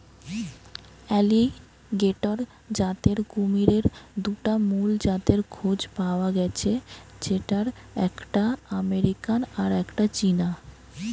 alligator জাতের কুমিরের দুটা মুল জাতের খোঁজ পায়া গ্যাছে যেটার একটা আমেরিকান আর একটা চীনা